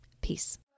Peace